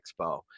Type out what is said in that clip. Expo